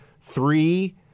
three